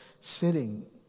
sitting